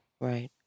Right